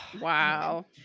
Wow